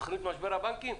זוכרים את משבר הבנקים?